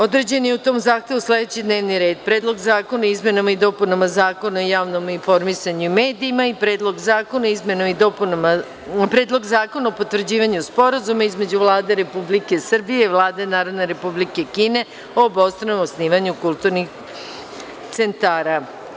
Određen je u tom zahtevu sledeći D n e v n ir e d 1. Predlog zakona o izmenama i dopunama Zakona o javnom informisanju i medijima; i 2. Predlog zakona o potvrđivanju Sporazuma između Vlade Republike Srbije i Vlade Narodne Republike Kine o obostranom osnivanju kulturnih centara.